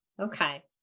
Okay